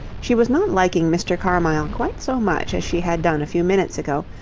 she was not liking mr. carmyle quite so much as she had done a few minutes ago,